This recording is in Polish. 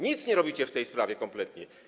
Nic nie robicie w tej sprawie kompletnie.